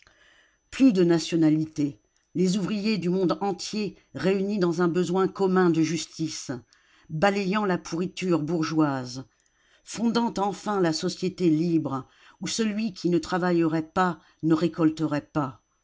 plus de nationalités les ouvriers du monde entier réunis dans un besoin commun de justice balayant la pourriture bourgeoise fondant enfin la société libre où celui qui ne travaillerait pas ne récolterait pas